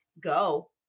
go